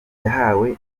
yahawe